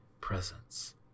presence